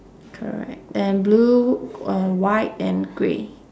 correct and blue and white and grey